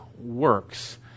works